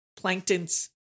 plankton's